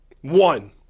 One